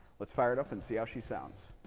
let's fire it up and see how she sounds.